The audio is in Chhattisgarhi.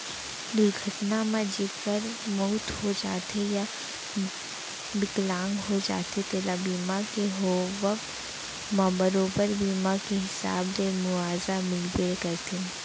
दुरघटना म जेकर मउत हो जाथे या बिकलांग हो जाथें तेला बीमा के होवब म बरोबर बीमा के हिसाब ले मुवाजा मिलबे करथे